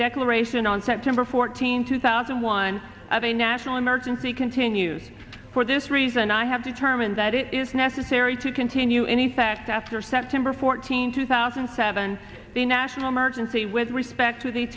declaration on september fourteenth two thousand and one of a national emergency continues for this reason i have determined that it is necessary to continue in effect after september fourteenth two thousand and seven the national emergency with respect to the